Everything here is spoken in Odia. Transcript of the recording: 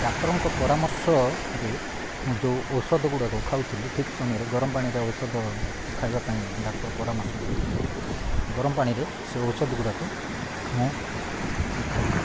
ଡକ୍ଟରଙ୍କ ପରାମର୍ଶରେ ମୁଁ ଯେଉଁ ଔଷଧ ଗୁଡ଼ାକ ଖାଉଥିଲି ଠିକ୍ ସମୟରେ ଗରମ ପାଣିରେ ଔଷଧ ଖାଇବା ପାଇଁ ଡକ୍ଟର ପରାମର୍ଶ ଦେଇଥିଲେ ଗରମ ପାଣିରେ ସେ ଔଷଧ ଗୁଡ଼ାକୁ ମୁଁ ଖାଇଲି